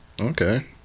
okay